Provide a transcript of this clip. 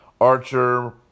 Archer